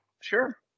Sure